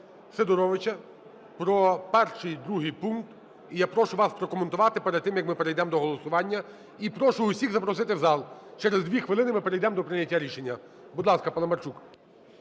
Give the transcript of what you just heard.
Сидоровича, про 1 і 2 пункт, і я прошу вас прокоментувати перед тим, як ми перейдемо до голосування. І прошу всіх запросити в зал, через 2 хвилини ми перейдемо до прийняття рішення. Будь ласка, Паламарчук.